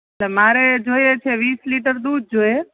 એટલે મારે જોઈએ છે વીસ લિટર દૂધ જોઈએ